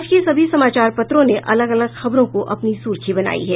आज के सभी समाचार पत्रों ने अलग अलग खबरों को अपनी सुर्खी बनायी है